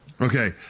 Okay